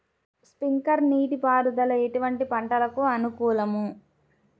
Sprinkler నీటిపారుదల ఎటువంటి పంటలకు అనుకూలము?